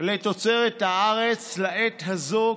לתוצרת הארץ לעת הזאת,